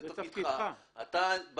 אני מבקש ממך שתציע הצעה קונקרטית.